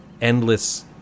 endless